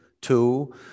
two